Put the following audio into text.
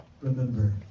remember